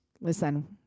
listen